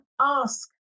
ask